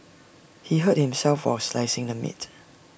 he hurt himself while slicing the meat